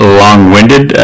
long-winded